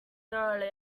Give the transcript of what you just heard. thoroughly